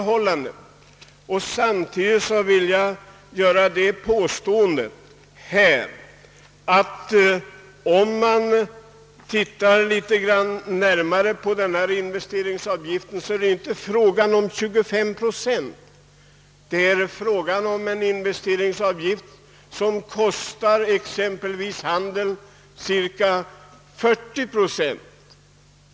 Samtidigt vill jag påstå att investeringsavgiften inte uppgår till 25 procent, utan den kostar exempelvis handeln cirka 40 procent.